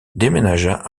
déménagea